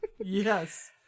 Yes